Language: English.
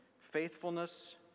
faithfulness